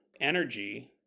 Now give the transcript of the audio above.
energy